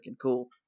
cool